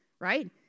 right